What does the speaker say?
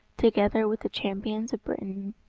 together with the champions of britain.